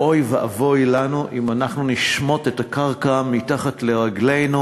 ואוי ואבוי לנו אם אנחנו נשמוט את הקרקע מתחת לרגלינו.